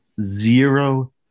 Zero